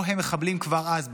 או הם מחבלים כבר אז,